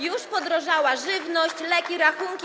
Już podrożały żywność, leki, rachunki.